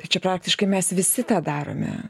tai čia praktiškai mes visi tą darome